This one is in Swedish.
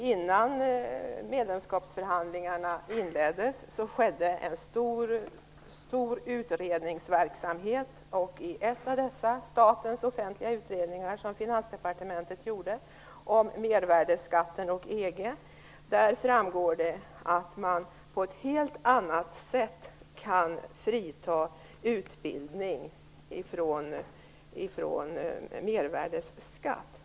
Innan medlemskapsförhandlingarna inleddes pågick en stor utredningsverksamhet, och av en av de utredningar som Finansdepartementet gjorde om mervärdesskatten och EG, publicerad i serien Statens offentliga utredningar, framgår det att man på ett helt annat sätt kan frita utbildning från mervärdesskatt.